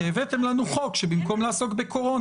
כי הבאתם לנו חוק שבמקום לעסוק בקורונה,